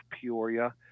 Peoria